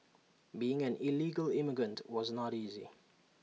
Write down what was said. being an illegal immigrant was not easy